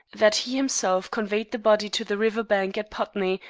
that he himself conveyed the body to the river bank at putney,